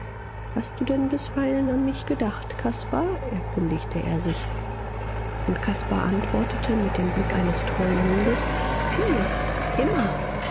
hast du denn bisweilen an mich gedacht caspar erkundigte er sich und caspar antwortete mit dem blick eines treuen hundes viel immer